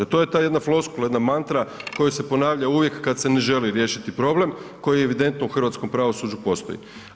To je ta jedna floskula, jedna mantra koja se ponavlja uvijek kada se ne želi riješiti problem koji evidentno u hrvatskom pravosuđu postoji.